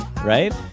Right